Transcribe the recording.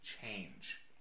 change